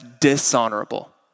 dishonorable